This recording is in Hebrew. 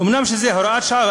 אומנם זו הוראת שעה,